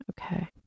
Okay